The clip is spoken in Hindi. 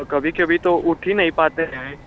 और कभी कभी तो उठ ही नहीँ पाते हैं